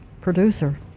producer